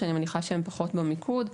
שאני מניחה שהם פחות במיקוד,